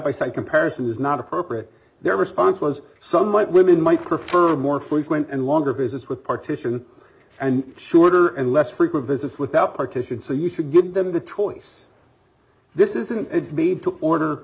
by side comparison was not appropriate their response was some white women might prefer more frequent and longer visits with partition and shorter and less frequent visits without partition so you should give them the choice this is an it made to order